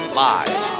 live